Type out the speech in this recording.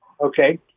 Okay